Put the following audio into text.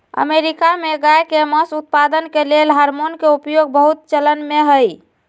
America में गायके मास उत्पादन के लेल हार्मोन के उपयोग बहुत चलनमें हइ